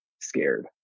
scared